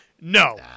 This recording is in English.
No